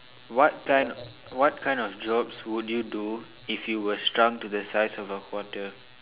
what kind what kind of jobs would you do if you were shrunk to the size of a quarter